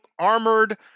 armored